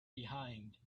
behind